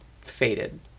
faded